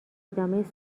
ادامه